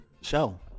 show